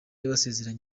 basezeranye